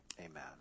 amen